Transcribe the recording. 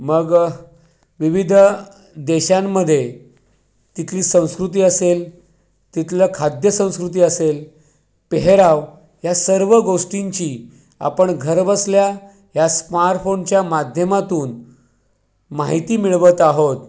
मग विविध देशांमध्ये तिथली संस्कृती असेल तिथलं खाद्य संस्कृती असेल पेहराव ह्या सर्व गोष्टींची आपण घर बसल्या ह्या स्मार्टफोनच्या माध्यमातून माहिती मिळवत आहोत